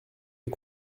est